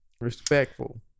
respectful